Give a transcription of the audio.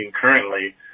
currently